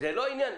זה לא העניין.